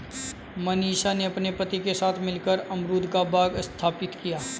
मनीषा ने अपने पति के साथ मिलकर अमरूद का बाग स्थापित किया